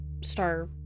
Star